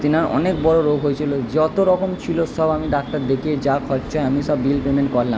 তেনার অনেক বড়ো রোগ হয়েছিলো যতোরকম ছিলো সব আমি ডাক্তার দেখিয়ে যা খরচা আমি সব বিল পেমেন্ট করলাম